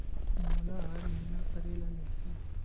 मोला हर महीना करे ल लगही?